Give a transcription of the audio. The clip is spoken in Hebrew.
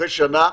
אחרי שנה,